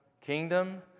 kingdom